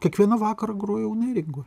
kiekvieną vakarą grojau neringoj